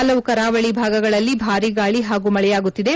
ಹಲವು ಕರಾವಳಿ ಭಾಗಗಳಲ್ಲಿ ಭಾರೀ ಗಾಳಿ ಹಾಗೂ ಮಳೆಯಾಗುತ್ತಿದೆ